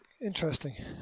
Interesting